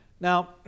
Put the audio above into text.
Now